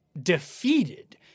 defeated